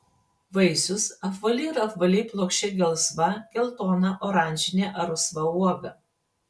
vaisius apvali ar apvaliai plokščia gelsva geltona oranžinė ar rusva uoga